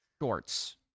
shorts